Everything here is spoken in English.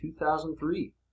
2003